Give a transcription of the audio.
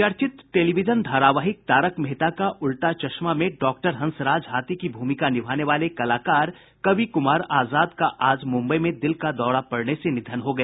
चर्चित टेलीविजन धारावाहिक तारक मेहता का उल्टा चश्मा में डाक्टर हंसराज हाथी की भूमिका निभाने वाले कलाकार कवि कुमार आजाद का आज मुंबई में दिल का दौरा पड़ने से निधन हो गया